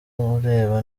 ureba